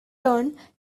turned